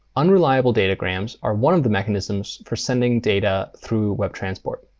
unreliable datagrams are one of the mechanisms for sending data through webtransport.